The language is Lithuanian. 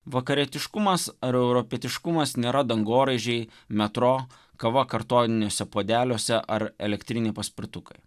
vakarietiškumas ar europietiškumas nėra dangoraižiai metro kava kartoniniuose puodeliuose ar elektriniai paspirtukai